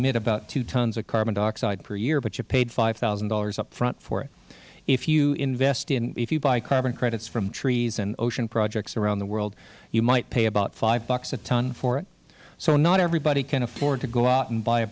emit about two tons of carbon dioxide a year but you've paid five thousand dollars up front for it if you invest in if you buy carbon credits from trees and ocean projects around the world you might pay about five dollars a ton for it so not everybody can afford to go out and buy a